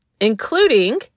including